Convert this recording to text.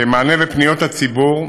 כמענה על פניות הציבור,